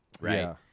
right